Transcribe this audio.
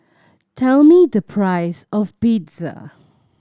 tell me the price of Pizza